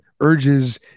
urges